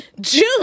June